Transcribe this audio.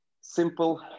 simple